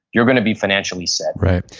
you're going to be financially set right.